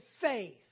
faith